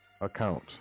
account